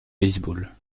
baseball